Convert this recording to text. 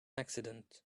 accident